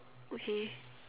okay